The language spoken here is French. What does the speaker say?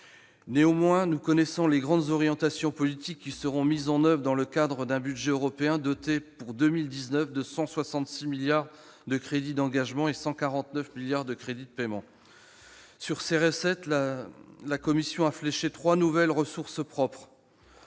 Néanmoins, nous connaissons les grandes orientations politiques qui seront mises en oeuvre dans le cadre d'un budget européen doté, pour 2019, de 166 milliards d'euros en autorisations d'engagement et de 149 milliards d'euros en crédits de paiement. Parmi ces recettes, la Commission a fléché trois nouvelles ressources propres